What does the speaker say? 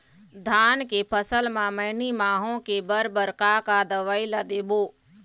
धान के फसल म मैनी माहो के बर बर का का दवई ला देबो?